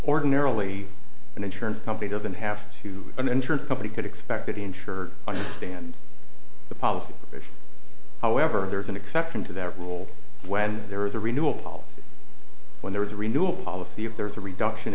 ordinarily an insurance company doesn't have to an insurance company could expect that insured understand the policy provision however there is an exception to that rule when there is a renewal policy when there is a renewal policy if there is a reduction